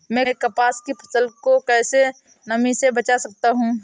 मैं कपास की फसल को कैसे नमी से बचा सकता हूँ?